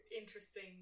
interesting